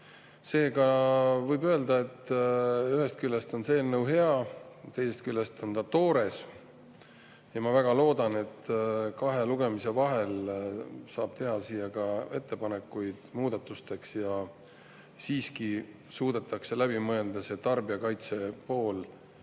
Seega võib öelda, et ühest küljest on see eelnõu hea, teisest küljest on ta toores. Ma väga loodan, et kahe lugemise vahel saab teha muudatusettepanekuid ja siiski suudetakse läbi mõelda see tarbijakaitse pool,